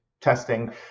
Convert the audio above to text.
testing